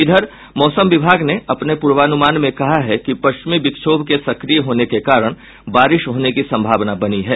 इधर मौसम विभाग ने अपने पूर्वानुमान में कहा है कि पश्चिमी विक्षोभ के सक्रिय होने के कारण बारिश होने की संभावना बनी है